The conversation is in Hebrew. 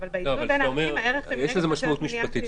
אבל באיזון בין הערכים --- יש לזה משמעות משפטית.